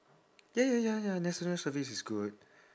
ya ya ya ya national service is good